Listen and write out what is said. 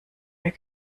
wir